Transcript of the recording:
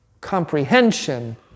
comprehension